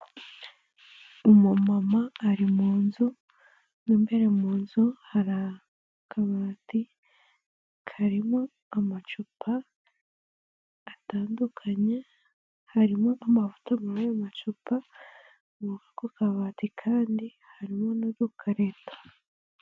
Umumama ari mu nzu mo imbere mu nzu hari akabati karimo amacupa atandukanye, harimo amavuta muri ayo macupa, no mu ku kabati kandi harimo n'udukarito.